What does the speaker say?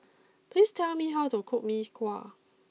please tell me how to cook Mee Kuah